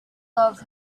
love